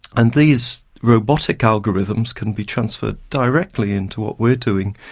and these robotic algorithms can be transferred directly into what we're doing,